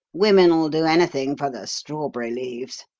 women ll do anything for the strawberry leaves.